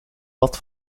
wat